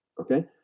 Okay